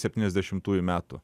septyniasdešimtųjų metų